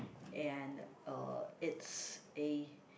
and uh it's a